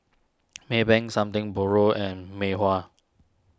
Maybank Something Borrowed and Mei Hua